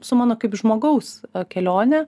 su mano kaip žmogaus kelione